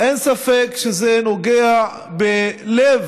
אין ספק שזה נוגע בלב,